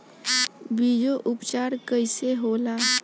बीजो उपचार कईसे होला?